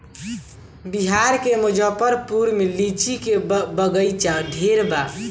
बिहार के मुजफ्फरपुर में लीची के बगइचा ढेरे बा